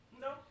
No